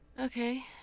Okay